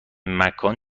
مکان